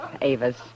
Ava's